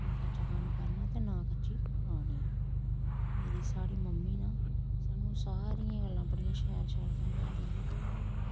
ना कच्चा कम्म करना ते ना कच्ची खानी मेरी साढ़ी मम्मी ना सानू सारियां गल्लां बड़िय़ां शैल शैल समझांदे हे